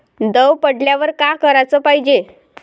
दव पडल्यावर का कराच पायजे?